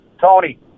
Tony